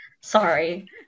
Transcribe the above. Sorry